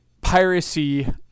piracy